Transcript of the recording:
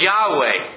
Yahweh